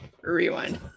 Rewind